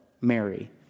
Mary